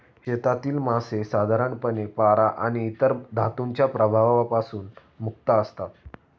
शेतातील मासे साधारणपणे पारा आणि इतर धातूंच्या प्रभावापासून मुक्त असतात